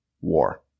war